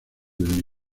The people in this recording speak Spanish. del